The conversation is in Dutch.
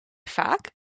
vaak